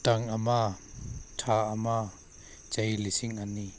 ꯇꯥꯡ ꯑꯃ ꯊꯥ ꯑꯃ ꯆꯍꯤ ꯂꯤꯁꯤꯡ ꯑꯅꯤ